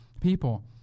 people